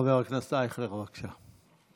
חבר הכנסת אייכלר, בבקשה.